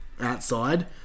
outside